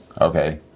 Okay